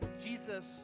Jesus